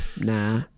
Nah